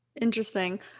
Interesting